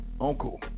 uncle